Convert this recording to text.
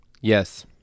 Yes